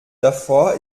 davor